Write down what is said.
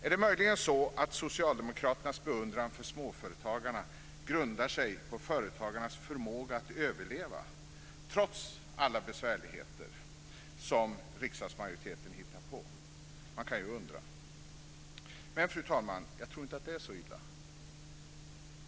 Är det möjligen så att Socialdemokraternas beundran för småföretagarna grundar sig på företagarnas förmåga att överleva trots alla besvärligheter som riksdagsmajoriteten hittar på? Man kan ju undra. Men, fru talman, jag tror inte att det är så illa.